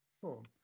Cool